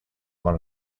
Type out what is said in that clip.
one